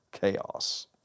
chaos